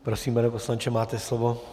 Prosím, pane poslanče, máte slovo.